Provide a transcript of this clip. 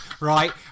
right